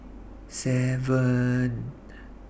seven